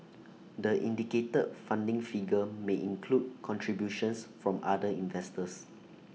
the indicated funding figure may include contributions from other investors